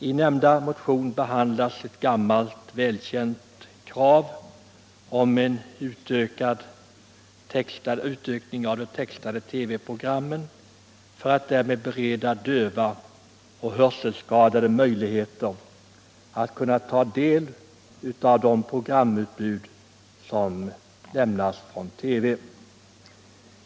I motionen framförs det gamla välkända kravet om en utökning av de textade TV-programmen för att därmed bereda döva och hörselskadade möjligheter att ta del av programutbudet i TV.